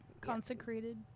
consecrated